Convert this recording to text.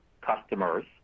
customers